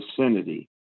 vicinity